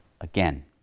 again